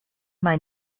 mal